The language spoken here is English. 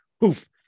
poof